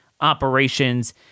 operations